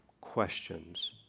questions